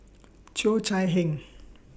Cheo Chai Hiang